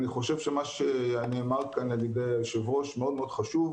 אני חושב שמה שנאמר כאן על ידי היושב ראש מאוד מאוד חשוב.